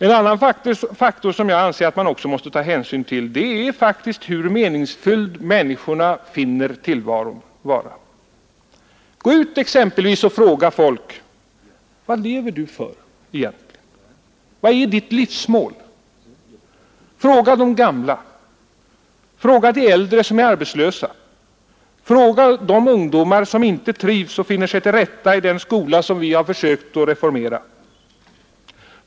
En annan faktor som jag anser att man också måste ta hänsyn till är faktiskt hur meningsfylld människorna finner tillvaron. Gå exempelvis ut och fråga folk: Vad lever du för? Vilket är ditt livsmål? Fråga de gamla, fråga de äldre som är arbetslösa, fråga de ungdomar som inte trivs och finner sig till rätta i den skola som vi har försökt att reformera.